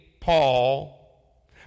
Paul